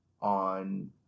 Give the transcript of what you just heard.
on